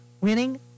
winning